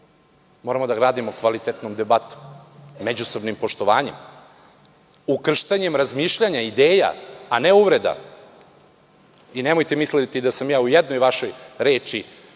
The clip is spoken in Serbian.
Moramo da gradimo kvalitetnu debatu međusobnim poštovanjem, ukrštanjem razmišljanja i ideja, a ne uvreda. Nemojte misliti da sam ja i u jednoj vašoj reči,